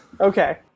Okay